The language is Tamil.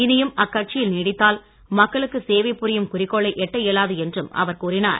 இனியும் அக்கட்சியில் நீடித்தால் மக்களுக்கு சேவை புரியும் குறிக்கோளை எட்ட இயலாது என்றும் அவர் கூறினார்